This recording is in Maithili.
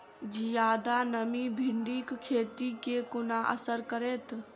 जियादा नमी भिंडीक खेती केँ कोना असर करतै?